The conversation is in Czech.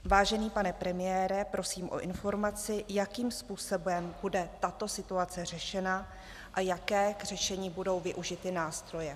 Vážený pane premiére, prosím o informaci, jakým způsobem bude tato situace řešena a jaké budou využity nástroje k řešení.